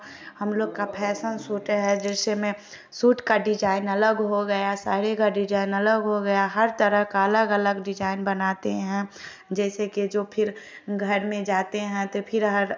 हम लोग का फैसन सूट है जैसे में सूट का डिजाईन अलग हो गया साड़ी का डिजाईन अलग हो गया हर तरह का अलग अलग डिजाईन बनाते है जैसे कि जो फिर घर में जाते है फिलहाल